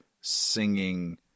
singing